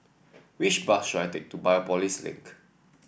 which bus should I take to Biopolis Link